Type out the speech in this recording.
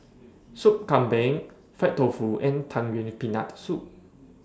Sup Kambing Fried Tofu and Tang Yuen with Peanut Soup